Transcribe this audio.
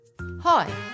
Hi